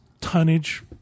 tonnage